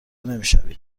نمیشوید